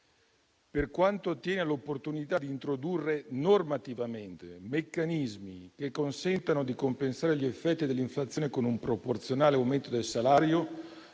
Per quanto attiene all'opportunità di introdurre normativamente meccanismi che consentano di compensare gli effetti dell'inflazione con un proporzionale aumento del salario,